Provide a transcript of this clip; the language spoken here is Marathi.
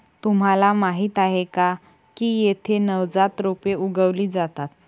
तुम्हाला माहीत आहे का की येथे नवजात रोपे उगवली जातात